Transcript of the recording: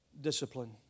Discipline